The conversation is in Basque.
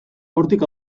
hortik